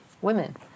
women